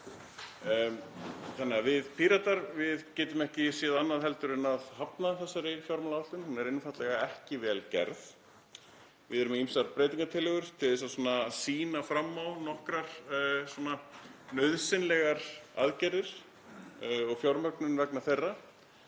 þannig að við Píratar getum ekki séð annað en að hafna þessari fjármálaáætlun. Hún er einfaldlega ekki vel gerð. Við erum með ýmsar breytingartillögur til þess að sýna fram á nokkrar nauðsynlegar aðgerðir og fjármögnun vegna þeirra,